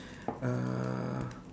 uh